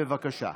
בבקשה.